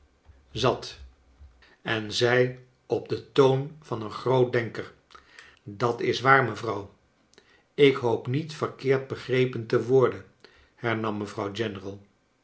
zat en zei op den toon van een groot denker dat is waar mevrouw ik hoop niet verkeerd begrepen te worden hernam mevrouw general